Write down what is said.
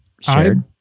shared